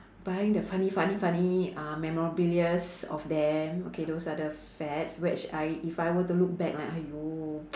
buying the funny funny funny uh memorabilias of them okay those are the fads which I if I were to look back lah !aiyo!